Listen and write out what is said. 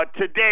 Today